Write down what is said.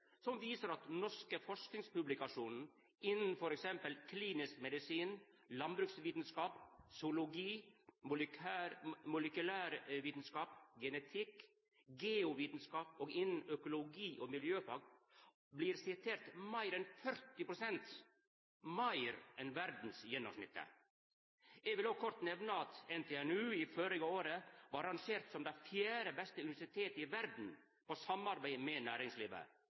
som viser at norske forskingspublikasjonar innan f.eks. klinisk medisin, landbruksvitskap, zoologi, molekylærvitskap, genetikk, geovitskap, økologi og miljøfag blir siterte meir enn 40 pst. meir enn verdsgjennomsnittet. Eg vil òg kort nemna at NTNU førre året blei arrangert som det fjerde beste universitetet i verda på samarbeid med næringslivet.